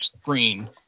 screen